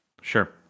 Sure